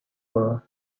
were